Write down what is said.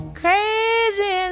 crazy